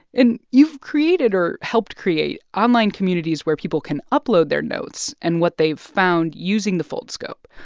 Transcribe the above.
and you've created or helped create online communities where people can upload their notes and what they've found using the foldscope.